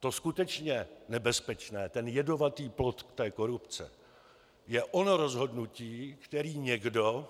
To skutečně nebezpečné, ten jedovatý plod té korupce, je ono rozhodnutí, které někdo,